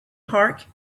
park